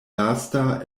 lasta